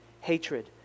hatred